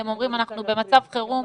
הם אומרים אנחנו במצב חירום,